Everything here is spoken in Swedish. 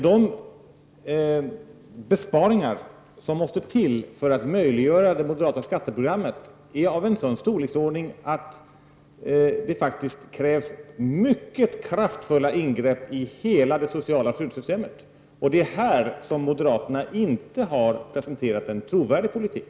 De besparingar som måste till för att möjliggöra det moderata skatteprogrammet är dock av en sådan storleksordning att det faktiskt krävs mycket kraftfulla ingrepp i hela det sociala skyddssystemet. Det är här som moderaterna inte har presenterat en trovärdig politik.